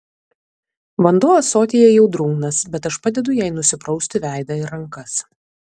vanduo ąsotyje jau drungnas bet aš padedu jai nusiprausti veidą ir rankas